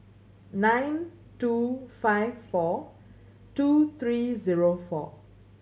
nine two five four two three zero four